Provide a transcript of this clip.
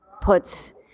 puts